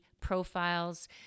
profiles